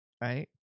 right